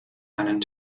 einen